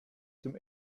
zum